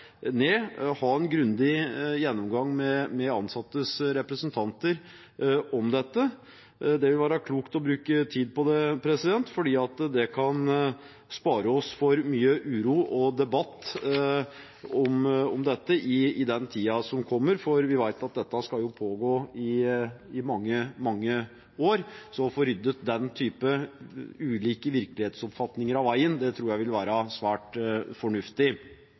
ha en grundig gjennomgang med de ansattes representanter om dette. Det ville være klokt å bruke tid på det, for det kan spare oss for mye uro og debatt om dette i tiden som kommer, for vi vet at dette skal pågå i mange, mange år. Så jeg tror det ville være svært fornuftig å rydde slike ulike virkelighetsoppfatninger av veien. I innstillingen ligger det